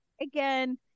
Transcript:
again